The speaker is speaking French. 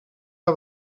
pas